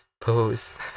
Pose